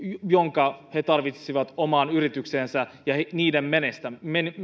jonka he tarvitsisivat omaan yritykseensä ja niiden